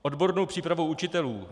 Odbornou přípravu učitelů.